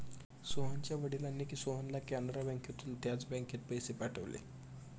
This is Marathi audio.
सोहनच्या वडिलांनी सोहनला कॅनरा बँकेतून त्याच बँकेत पैसे पाठवले